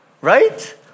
right